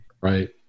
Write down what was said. Right